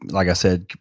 like i said,